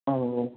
ହଉ ହଉ